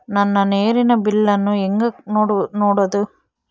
ನನ್ನ ನೇರಿನ ಬಿಲ್ಲನ್ನು ಹೆಂಗ ನೋಡದು?